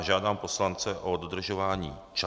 Žádám poslance o dodržování času.